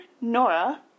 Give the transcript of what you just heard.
Nora